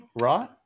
right